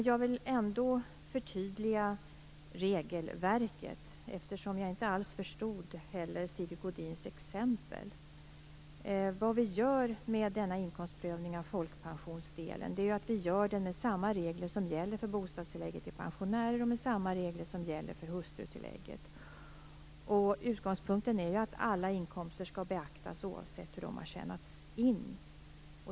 Jag vill ändå förtydliga regelverket eftersom jag inte alls förstod Sigge Godins exempel. Denna prövning av folkpensionsdelen gör vi enligt samma regler som gäller för bostadstillägget för folkpensionärer och hustrutillägget. Utgångspunkten är att alla inkomster skall beaktas oavsett hur de har tjänats in.